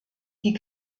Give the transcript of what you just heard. die